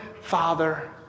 Father